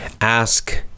ask